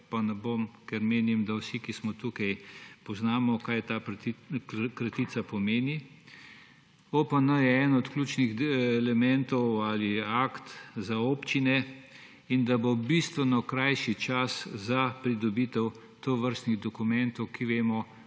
pa ne bom, ker menim, da vsi, ki smo tukaj, poznamo, kaj ta kratica pomeni. OPN je eden od ključnih elementov ali akt za občine in da bo bistveno krajši čas za pridobitev tovrstnih dokumentov, ki vemo,